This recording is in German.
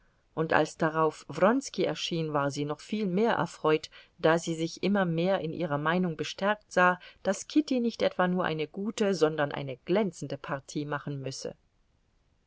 und als darauf wronski erschien war sie noch viel mehr erfreut da sie sich immer mehr in ihrer meinung bestärkt sah daß kitty nicht etwa nur eine gute sondern eine glänzende partie machen müsse